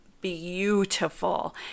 beautiful